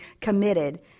committed